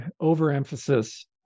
overemphasis